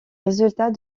résultats